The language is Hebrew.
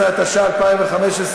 12), התשע"ה 2015,